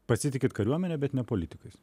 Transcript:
pasitikit kariuomene bet ne politikais